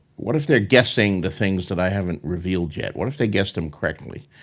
what if they're guessing the things that i haven't revealed yet? what if they guessed them correctly?